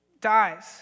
dies